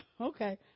okay